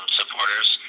supporters